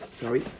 Sorry